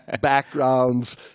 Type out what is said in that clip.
backgrounds